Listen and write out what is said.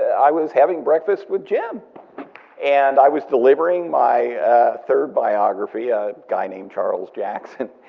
i was having breakfast with jim and i was delivering my third biography, a guy named charles jackson,